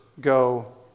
go